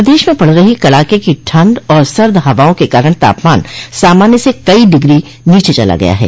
प्रदेश में पड़ रही कड़ाके की ठंड और सर्द हवाओं के कारण तापमान सामान्य से कई डिग्री नीचे चला गया है